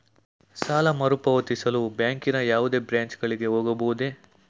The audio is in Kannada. ಸಾಲ ಮರುಪಾವತಿಸಲು ಬ್ಯಾಂಕಿನ ಯಾವುದೇ ಬ್ರಾಂಚ್ ಗಳಿಗೆ ಹೋಗಬಹುದೇ?